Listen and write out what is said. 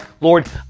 Lord